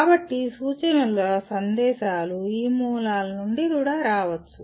కాబట్టి సూచనల సందేశాలు ఈ మూలాల నుండి రావచ్చు